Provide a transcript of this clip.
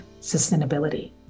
sustainability